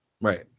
right